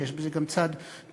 שיש בזה גם צעד טוב,